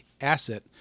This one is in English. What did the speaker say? asset